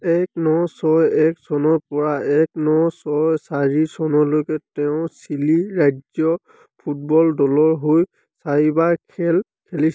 এক ন ছয় এক চনৰপৰা এক ন ছয় চাৰি চনলৈকে তেওঁ চিলি ৰাজ্য ফুটবল দলৰ হৈ চাৰিবাৰ খেলিছিল